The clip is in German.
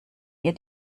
ihr